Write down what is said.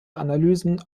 analysen